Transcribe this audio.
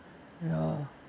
ya